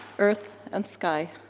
earth and sky.